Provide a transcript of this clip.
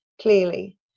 clearly